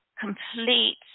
complete